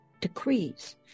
decrees